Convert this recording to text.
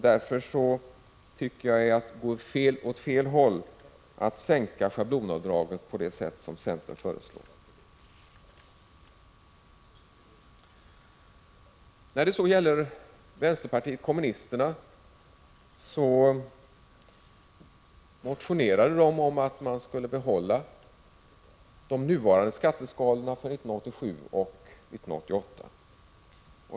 Därför tycker jag det är att gå åt fel håll att sänka schablonavdraget som centern föreslår. Vpk motionerar om att man skall behålla de nuvarande skatteskalorna för 1987 och 1988.